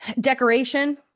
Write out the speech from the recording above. decoration